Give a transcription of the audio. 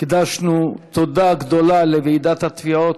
שהקדשנו בתודה גדולה לוועידת התביעות,